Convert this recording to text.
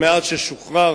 המעט ששוחרר,